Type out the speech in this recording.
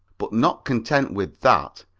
but not content with that,